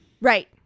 Right